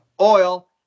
oil